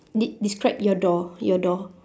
de~ describe your door your door